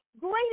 great